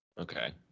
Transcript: Okay